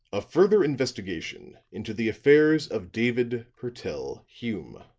a further investigation into the affairs of david purtell hume.